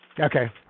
Okay